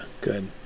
good